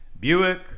Buick